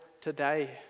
today